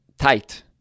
tight